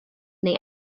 neu